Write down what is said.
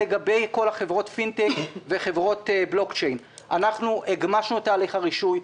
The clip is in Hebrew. לגבי כל חברות הפינטק וחברות בלוקצ'יין הגמשנו את תהליך הרישוי,